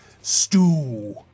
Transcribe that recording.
stew